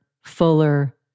fuller